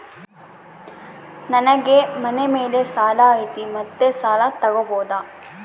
ನನಗೆ ಮನೆ ಮೇಲೆ ಸಾಲ ಐತಿ ಮತ್ತೆ ಸಾಲ ತಗಬೋದ?